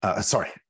sorry